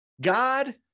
God